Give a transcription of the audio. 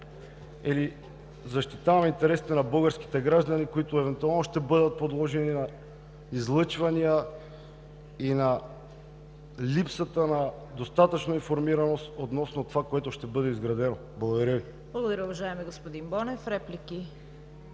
или защитаваме интересите на българските граждани, които евентуално ще бъдат подложени на излъчвания и на липсата на достатъчна информираност относно това, което ще бъде изградено. Благодаря Ви. ПРЕДСЕДАТЕЛ ЦВЕТА КАРАЯНЧЕВА: Благодаря, уважаеми господин Бонев. Реплики?